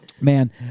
Man